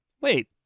wait